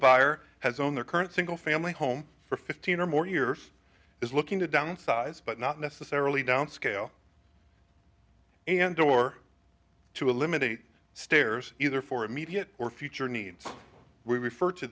buyer has on their current single family home for fifteen or more years is looking to downsize but not necessarily downscale and or to eliminate stairs either for immediate or future needs we refer to